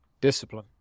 Discipline